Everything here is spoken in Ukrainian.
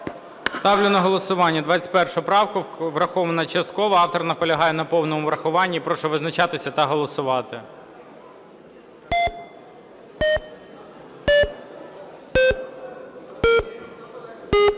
Ставлю на голосування 21 правку. Врахована частково. Автор наполягає на повному врахуванні. Прошу визначатися та голосувати. 11:18:56